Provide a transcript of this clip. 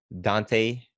Dante